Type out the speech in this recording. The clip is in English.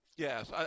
Yes